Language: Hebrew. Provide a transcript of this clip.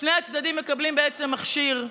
שני הצדדים מקבלים מכשיר.